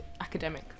academic